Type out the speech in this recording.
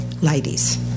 ladies